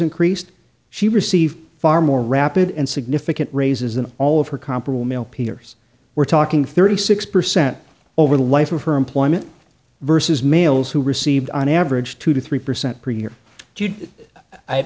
increased she received far more rapid and significant raises an all of her comparable male peers we're talking thirty six percent over the life of her employment versus males who received on average two to three percent per year i